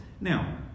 Now